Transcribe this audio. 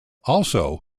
also